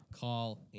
call